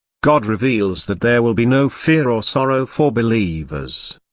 god reveals that there will be no fear or sorrow for believers.